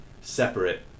separate